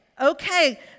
okay